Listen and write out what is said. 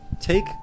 take